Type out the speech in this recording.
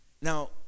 Now